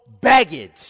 baggage